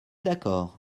d’accord